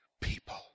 people